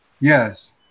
Yes